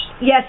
Yes